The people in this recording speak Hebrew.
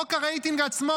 חוק הרייטינג עצמו,